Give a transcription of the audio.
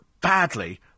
badly